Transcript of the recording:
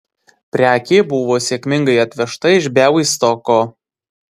prekė buvo sėkmingai atvežta iš bialystoko